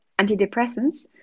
antidepressants